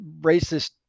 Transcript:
racist